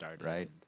right